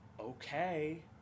Okay